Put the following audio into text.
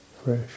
fresh